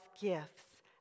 gifts